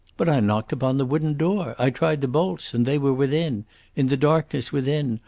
but i knocked upon the wooden door, i tried the bolts and they were within in the darkness within,